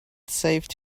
saved